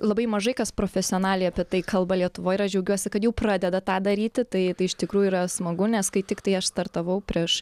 labai mažai kas profesionaliai apie tai kalba lietuvoj ir aš džiaugiuosi kad jau pradeda tą daryti tai tai iš tikrųjų yra smagu nes kai tiktai aš startavau prieš